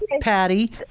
Patty